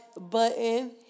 button